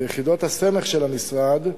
ביחידות הסמך של המשרד,